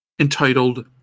entitled